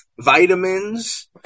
vitamins